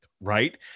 Right